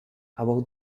above